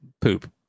poop